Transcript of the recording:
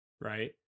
right